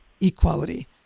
equality